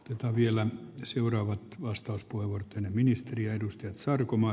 mitä vielä seuraavat vasta uskoivat hänen ministeriadusta sarkomaa